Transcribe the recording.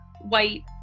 white